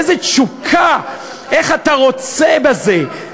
איזו תשוקה, איך אתה רוצה בזה.